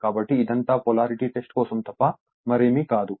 కాబట్టి ఇదంతా polarity test కోసం తప్ప మరేమీ కాదు